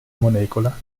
molecola